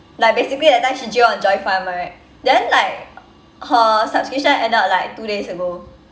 like basically that time she right then like her subscription ended like two days ago